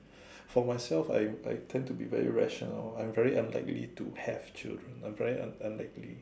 for myself I I tend to be very rationale I'm very unlikely to have children I'm very unlikely